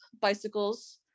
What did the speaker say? bicycles